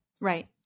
right